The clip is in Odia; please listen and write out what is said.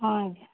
ହଁ ଆଜ୍ଞା